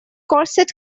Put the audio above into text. corset